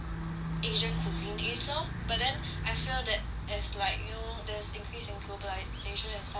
asian cuisine is lor but then I feel that as like you know there's increase in globalisation and stuff like that